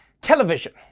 Television